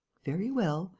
very well.